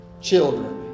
children